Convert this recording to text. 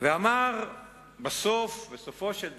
ואמר בסופו של דבר,